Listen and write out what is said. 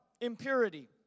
impurity